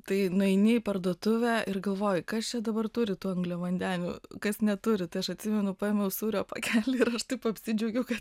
tai nueini į parduotuvę ir galvoji kas čia dabar turi tų angliavandenių kas neturi tai aš atsimenu paėmiau sūrio pakelį ir aš taip apsidžiaugiau kad